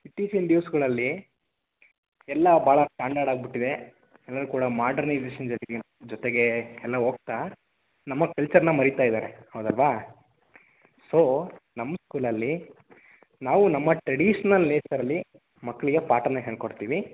ಇತ್ತೀಚಿನ ದಿವ್ಸಗಳಲ್ಲಿ ಎಲ್ಲ ಭಾಳ ಸ್ಟ್ಯಾಂಡರ್ಡ್ ಆಗಿಬಿಟ್ಟಿದೆ ಎಲ್ಲ ಕೂಡ ಮಾಡ್ರನೈಜೇಷನ್ ಜೊತೆಗೆ ಜೊತೆಗೆ ಎಲ್ಲ ಹೋಗ್ತಾ ನಮ್ಮ ಕಲ್ಚರನ್ನ ಮರಿತಾ ಇದ್ದಾರೆ ಹೌದಲ್ಲವಾ ಸೊ ನಮ್ಮ ಸ್ಕೂಲಲ್ಲಿ ನಾವು ನಮ್ಮ ಟ್ರೆಡೀಷ್ನಲ್ ನೇಚರಲ್ಲಿ ಮಕ್ಕಳಿಗೆ ಪಾಠ ಹೇಳಿಕೊಡ್ತೀವಿ